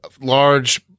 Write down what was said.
large